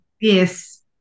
Yes